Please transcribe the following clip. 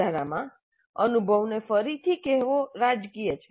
વધારામાં અનુભવ ને ફરીથી કહેવો રાજકીય છે